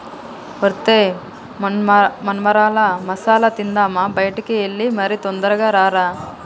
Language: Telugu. ఒరై మొన్మరాల మసాల తిందామా బయటికి ఎల్లి మరి తొందరగా రారా